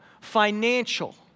financial